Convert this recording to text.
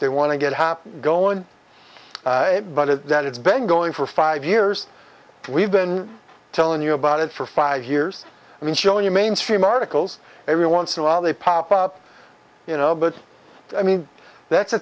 they want to get happy going but is that it's ben going for five years we've been telling you about it for five years i mean show you mainstream articles every once in a while they pop up you know but i mean that's